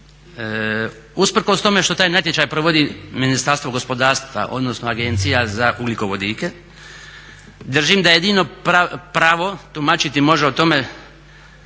Usprkos tome što taj natječaj provodi Ministarstvo gospodarstva odnosno Agencija za ugljikovodike držim da jedino pravo tumačiti može o tome